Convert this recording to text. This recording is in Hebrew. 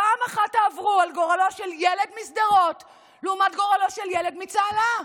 פעם אחת תעברו על גורלו של ילד משדרות לעומת גורלו של ילד מצהלה.